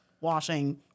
washing